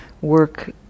work